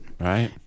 right